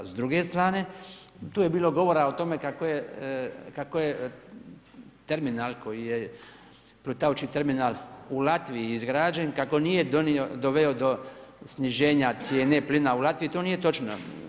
S druge strane tu je bilo govora o tome kako je terminal koji je plutajući terminal u Latviji izgrađen kako nije doveo do sniženja cijene plina u Latviji, to nije točno.